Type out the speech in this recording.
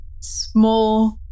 small